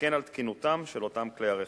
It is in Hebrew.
וכן על תקינותם של אותם כלי רכב.